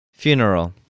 Funeral